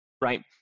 Right